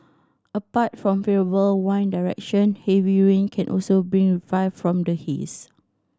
apart from favourable wind direction heavy rain can also bring reprieve from the haze